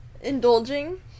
indulging